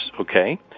okay